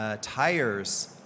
tires